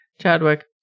Chadwick